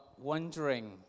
wondering